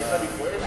עליך אני כועס?